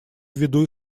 ввиду